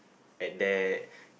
at that